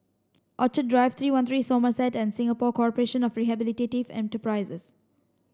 Orchid Drive Three One Three Somerset and Singapore Corporation of Rehabilitative Enterprises